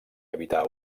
evitar